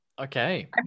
Okay